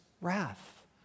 wrath